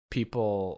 People